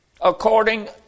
according